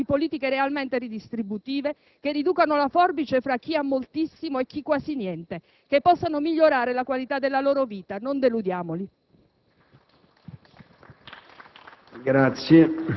Sperano che questo Governo possa portare avanti politiche realmente redistributive, che riducano la forbice tra chi ha moltissimo e chi quasi niente, che possano migliorare la qualità della loro vita. Non deludiamoli.